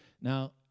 Now